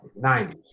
90s